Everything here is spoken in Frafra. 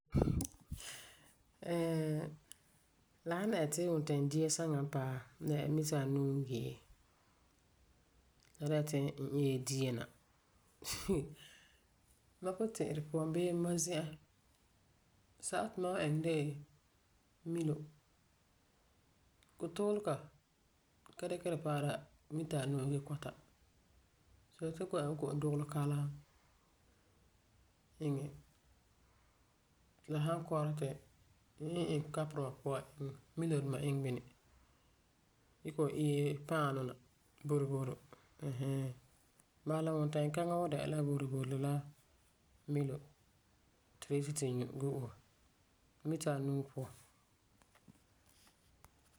la san dɛna ti wuntɛɛnsuŋa saŋa n paɛ di'a mita anuu n gee. Ti la dɛna n ee dia na mam puti'irɛ puan bii mam zi'an, sɛla ti mam wan iŋɛ de'e mila. Kotuulega ka dikeri paara mita anuu gee kɔta. So n yeti n kɔ'ɔm iŋɛ la Ko'om dugelɛ kalam. Iŋɛ, ti la san kɔrɛ ti n iŋɛ iŋɛ cap duma puan iŋɛ milo iŋɛ. Gee kɔ'ɔm ee paanu na. Boroboro ɛɛn hɛɛn Bala la wuntɛɛnkaŋa wan dɛna la boroboro la milo ti tu yeti tu nyu gee obe mita anuu puan.